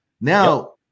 Now